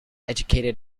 educated